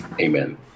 Amen